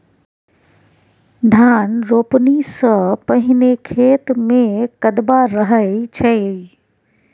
धान रोपणी सँ पहिने खेत मे कदबा रहै छै